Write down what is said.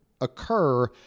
occur